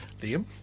Liam